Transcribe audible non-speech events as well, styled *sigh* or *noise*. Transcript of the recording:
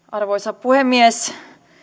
*unintelligible* arvoisa puhemies